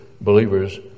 Believers